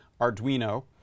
Arduino